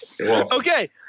Okay